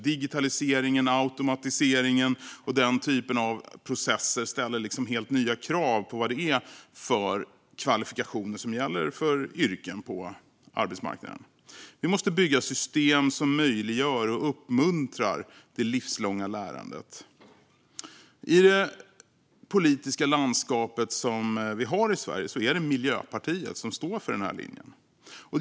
Digitaliseringen, automatiseringen och den typen av processer ställer helt nya krav på vad det är för kvalifikationer som gäller för yrken på arbetsmarknaden. Vi måste bygga system som möjliggör, och uppmuntrar, det livslånga lärandet. I det politiska landskap vi har i Sverige är det Miljöpartiet som står för den här linjen.